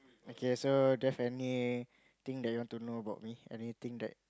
okay so there's any thing that you want to know about me anything that